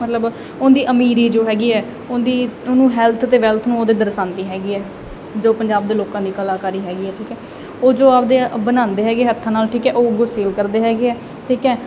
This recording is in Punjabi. ਮਤਲਬ ਉਹਦੀ ਅਮੀਰੀ ਜੋ ਹੈਗੀ ਐ ਉਹਦੀ ਉਹਨੂੰ ਹੈਲਥ ਤੇ ਵੈਲਥ ਨੂੰ ਉਹਦੇ ਦਰਸਾਉਂਦੀ ਹੈਗੀ ਐ ਜੋ ਪੰਜਾਬ ਦੇ ਲੋਕਾਂ ਦੀ ਕਲਾਕਾਰੀ ਹੈਗੀ ਐ ਠੀਕ ਐ ਉਹ ਜੋ ਆਪਦੇ ਬਣਾਉਂਦੇ ਹੈਗੇ ਹੱਥਾਂ ਨਾਲ ਠੀਕ ਐ ਉਹ ਅੱਗੋਂ ਸੇਲ ਕਰਦੇ ਹੈਗੇ ਐ ਠੀਕ ਐ